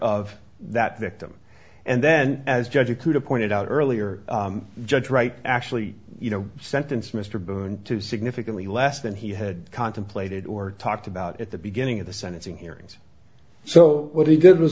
of that victim and then as judge a could have pointed out earlier judge wright actually you know sentence mr boone to significantly less than he had contemplated or talked about at the beginning of the sentencing hearings so what he did was